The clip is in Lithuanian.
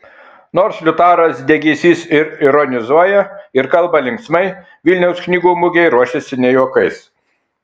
nors liutauras degėsys ir ironizuoja ir kalba linksmai vilniaus knygų mugei ruošiasi ne juokais